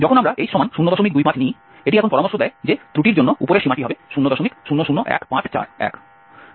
যখন আমরা h025 নিই এটি এখন পরামর্শ দেয় যে ত্রুটির জন্য উপরের সীমাটি হবে 000154